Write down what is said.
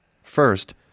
First